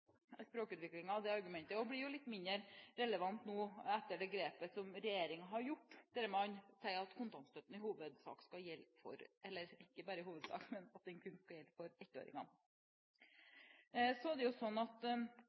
sånn at argumentet om språkutvikling blir litt mindre relevant nå etter det grepet regjeringen har tatt, der man sier at kontantstøtten kun skal gjelde for ettåringene. Så er det jo sånn at